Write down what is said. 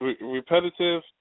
repetitive